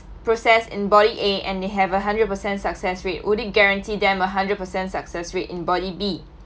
process in body A and they have a hundred percent success rate would it guarantee them a hundred per cent success rate in body B